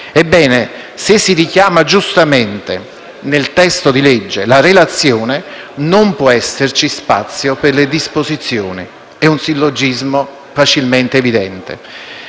Ebbene, se si richiama giustamente nel testo di legge la relazione, non può esserci spazio per le disposizioni. È un sillogismo facilmente evidente.